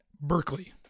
Berkeley